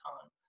time